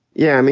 yeah, i mean,